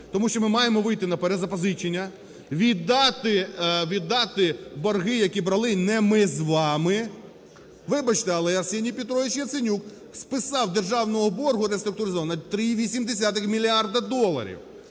Тому що ми маємо вийти на перезапозичення, віддати борги, які брали не ми з вами. Вибачте, але Арсеній Петрович Яценюк списав державного боргу, реструктуризовано